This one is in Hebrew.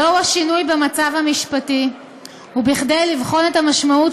לאור השינוי במצב המשפטי וכדי לבחון את המשמעות